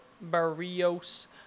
Barrios